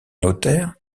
notaire